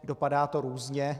Dopadá to různě.